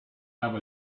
have